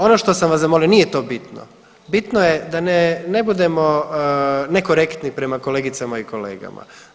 Ono što vas sam zamolio nije to bitno, bitno je da ne budemo ne korektni prema kolegicama i kolegama.